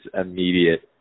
immediate